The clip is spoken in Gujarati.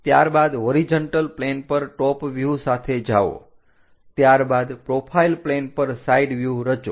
ત્યારબાદ હોરીજન્ટલ પ્લેન પર ટોપ વ્યુહ સાથે જાઓ ત્યારબાદ પ્રોફાઈલ પ્લેન પર સાઈડ વ્યુહ રચો